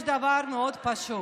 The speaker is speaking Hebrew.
יש דבר מאוד פשוט: